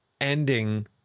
ending